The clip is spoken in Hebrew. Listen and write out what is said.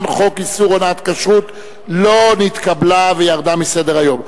חוק איסור הונאה בכשרות לא נתקבלה וירדה מסדר-היום.